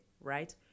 right